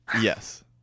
yes